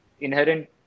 inherent